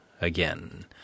again